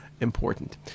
important